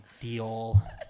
deal